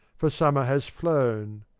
for summer has flown,